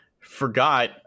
forgot